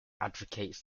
advocates